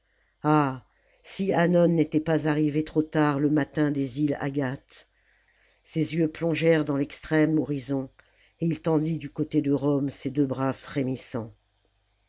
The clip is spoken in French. ah si hannon n'était pas arrivé trop tard le matin des îles agates ses jeux plongèrent dans l'extrême horizon et il tendit du côté de rome ses deux bras frémissants